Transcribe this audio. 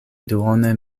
duone